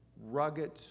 rugged